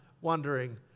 wondering